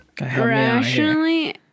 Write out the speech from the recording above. Rationally